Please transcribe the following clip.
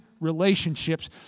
relationships